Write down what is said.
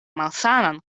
malsanan